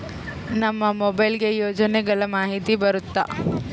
ನಮ್ ಮೊಬೈಲ್ ಗೆ ಯೋಜನೆ ಗಳಮಾಹಿತಿ ಬರುತ್ತ?